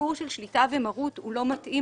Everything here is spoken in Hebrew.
שהסיפור של שליטה ומרות הוא לא מתאים,